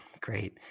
Great